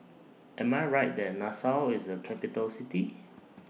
Am I Right that Nassau IS A Capital City